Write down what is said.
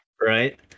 right